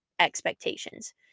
expectations